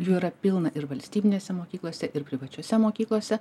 jų yra pilna ir valstybinėse mokyklose ir privačiose mokyklose